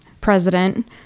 president